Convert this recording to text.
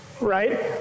right